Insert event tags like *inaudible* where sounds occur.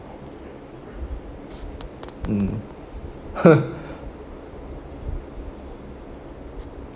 mm *laughs*